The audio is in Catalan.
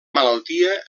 malaltia